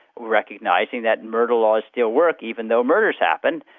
recognising that murder laws still work even though murders happen,